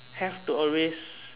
have to always